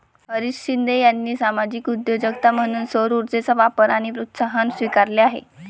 हरीश शिंदे यांनी सामाजिक उद्योजकता म्हणून सौरऊर्जेचा वापर आणि प्रोत्साहन स्वीकारले आहे